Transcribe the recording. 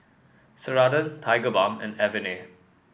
Ceradan Tigerbalm and Avene